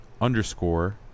underscore